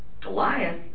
Goliath